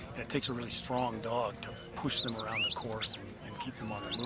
it takes a really strong dog to push them around the course and keep them on the